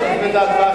ודאי.